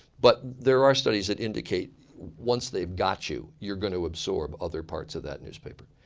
but there are studies that indicate once they've got you, you're going to absorb other parts of that newspaper.